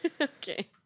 okay